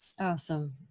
Awesome